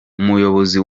umuyobozi